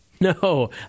No